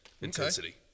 intensity